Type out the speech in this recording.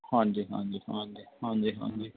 ਹਾਂਜੀ ਹਾਂਜੀ ਹਾਂਜੀ ਹਾਂਜੀ ਹਾਂਜੀ